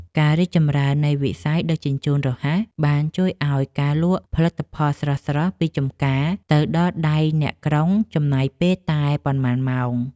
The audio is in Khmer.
ការរីកចម្រើននៃវិស័យដឹកជញ្ជូនរហ័សបានជួយឱ្យការលក់ផលិតផលស្រស់ៗពីចម្ការទៅដល់ដៃអ្នកក្រុងចំណាយពេលតែប៉ុន្មានម៉ោង។